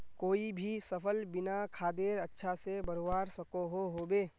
कोई भी सफल बिना खादेर अच्छा से बढ़वार सकोहो होबे?